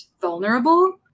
vulnerable